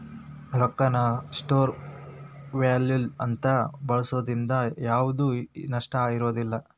ರೊಕ್ಕಾನ store value ಅಂತ ಬಳ್ಸೋದ್ರಿಂದ ಯಾವ್ದ್ ನಷ್ಟ ಇರೋದಿಲ್ಲ